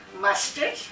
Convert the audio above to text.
mustard